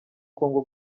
congo